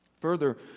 Further